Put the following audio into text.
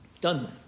done